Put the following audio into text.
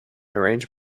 arranged